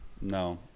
No